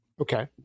Okay